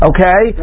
Okay